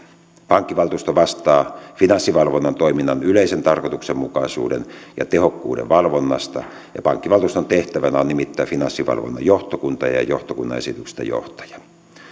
pankkivaltuusto vastaa finanssivalvonnan toiminnan yleisen tarkoituksenmukaisuuden ja tehokkuuden valvonnasta ja pankkivaltuuston tehtävänä on nimittää finanssivalvonnan johtokunta ja ja johtokunnan esityksestä johtaja